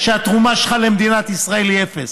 שהתרומה שלך למדינת ישראל היא אפס.